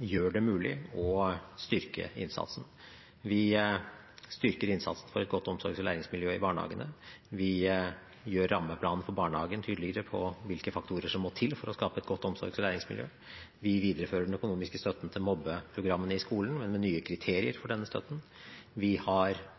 gjør det mulig å styrke innsatsen. Vi styrker innsatsen for et godt omsorgs- og læringsmiljø i barnehagene. Vi gjør rammeplanen for barnehagene tydeligere på hvilke faktorer som må til for å skape et godt omsorgs- og læringsmiljø. Vi viderefører den økonomiske støtten til mobbeprogrammene i skolen, men med nye kriterier for denne støtten. Vi har